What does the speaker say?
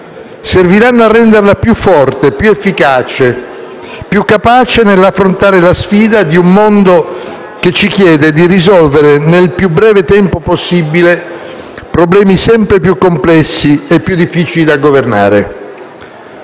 Serviranno a renderla più forte, più efficace, più capace nell'affrontare la sfida di un mondo che ci chiede di risolvere, nel più breve tempo possibile, problemi sempre più complessi e più difficili da governare.